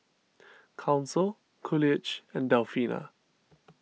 Council Coolidge and Delfina